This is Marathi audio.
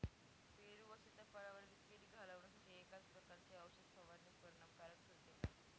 पेरू व सीताफळावरील कीड घालवण्यासाठी एकाच प्रकारची औषध फवारणी परिणामकारक ठरते का?